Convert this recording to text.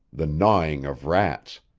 the gnawing of rats,